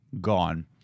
gone